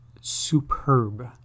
superb